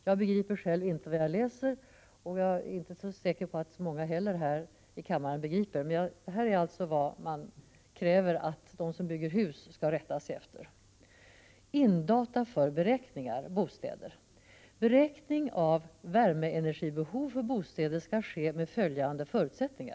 Jag begriper själv inte vad jag läser, och jag är inte så säker på att många andra i kammaren gör det heller. Men det här är alltså vad man kräver att de som bygger hus skall rätta sig efter: ”Indata för beräkningar Bostäder Beräkning av värmeenergibehov för bostäder skall ske med följande förutsättningar.